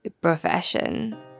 profession